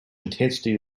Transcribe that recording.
intensity